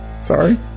Sorry